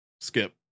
skip